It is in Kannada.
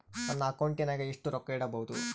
ನನ್ನ ಅಕೌಂಟಿನಾಗ ಎಷ್ಟು ರೊಕ್ಕ ಇಡಬಹುದು?